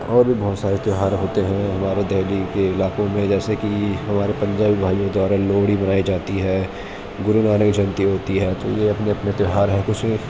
اور بھی بہت سارے تیوہار ہوتے ہیں ہمارے دلی کے علاقوں میں جیسے کہ ہمارے پنجابی بھائیوں دوارہ لوہڑی منائی جاتی ہے گرونانک جینتی ہوتی ہے تو یہ اپنے اپنے تیوہار ہیں کچھ